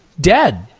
dead